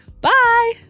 Bye